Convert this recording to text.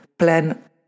plan